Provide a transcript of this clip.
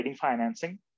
financing